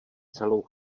celou